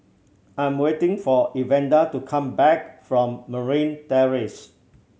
I am waiting for Evander to come back from Marine Terrace